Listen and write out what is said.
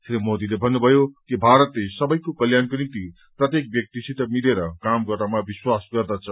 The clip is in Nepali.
श्री मोदीले भन्नुभयो कि भारतले सबैको कल्याणको निम्ति प्रत्येक व्यक्तिसित मिलेर काम गर्नमा विश्वास गर्दछ